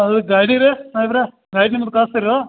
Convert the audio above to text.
ಅದು ಗಾಡಿರೇ ಸಾಹೇಬರೇ ನಿಮದ್ ಕಳಸ್ತೀರೊ